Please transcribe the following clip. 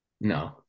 No